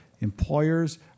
employers